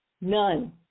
none